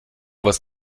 was